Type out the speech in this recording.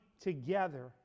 together